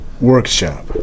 workshop